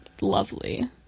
lovely